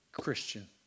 Christian